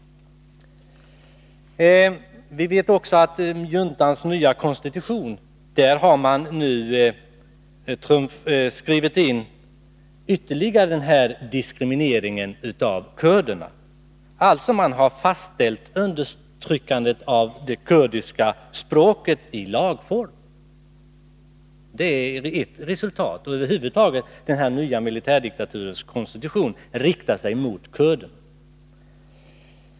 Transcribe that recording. Vi vet också att man i juntans nya konstitution har skrivit in ytterligare diskriminering av kurderna. Man har alltså i lag fastställt undertryckandet av det kurdiska språket. Över huvud taget riktar sig den nya militärdiktaturens konstitution mot kurderna.